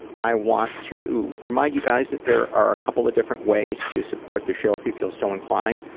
i want to remind you guys that there are a couple of different ways to support the show. if you feel so inclined,